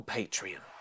Patreon